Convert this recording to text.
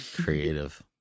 creative